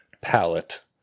palette